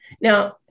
Now